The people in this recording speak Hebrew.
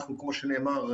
כפי שנאמר,